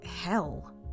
hell